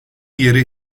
yeri